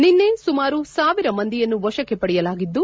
ನಿನ್ನೆ ಸುಮಾರು ಸಾವಿರ ಮಂದಿಯನ್ನು ವಶಕ್ಕೆ ಪಡೆಯಲಾಗಿದ್ದು